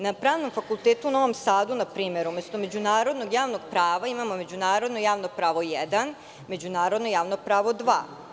Na Pravnom fakultetu u Novom Sadu na primer umesto Međunarodnog javnog prava imamo Međunarodno javno pravo jedan, Međunarodno javno pravo dva.